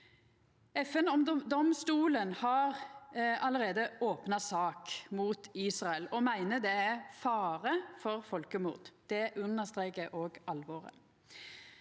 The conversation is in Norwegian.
FN-domstolen har allereie opna sak mot Israel og meiner det er fare for folkemord. Det understrekar òg alvoret.